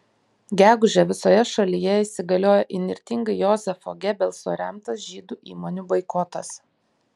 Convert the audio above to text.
gegužę visoje šalyje įsigaliojo įnirtingai jozefo gebelso remtas žydų įmonių boikotas